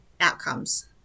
outcomes